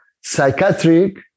psychiatric